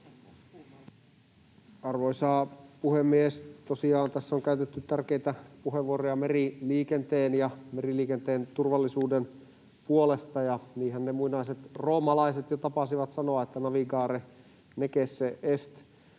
Arvoisa puhemies! Tosiaan tässä on käytetty tärkeitä puheenvuoroja meriliikenteen ja sen turvallisuuden puolesta, ja niinhän ne muinaiset roomalaiset jo tapasivat sanoa, että ”navigare necesse est”.